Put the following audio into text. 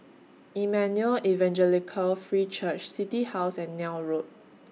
Emmanuel Evangelical Free Church City House and Neil Road